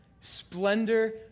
splendor